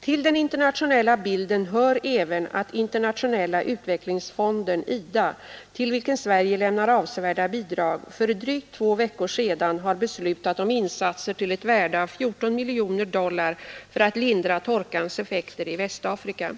Till den internationella bilden hör även att Internationella utvecklingsfonden, IDA, till vilken Sverige lämnar avsevärda bidrag, för drygt två veckor sedan har beslutat om insatser till ett värde av 14 miljoner dollar för att lindra torkans effekter i Västafrika.